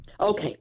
Okay